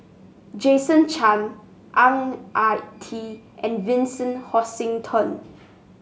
Jason Chan Ang Ah Tee and Vincent Hoisington